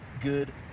good